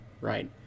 right